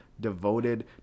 devoted